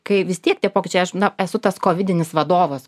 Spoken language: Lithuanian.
kai vis tiek tie pokyčiai aš na esu tas kovidinis vadovas